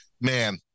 man